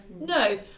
no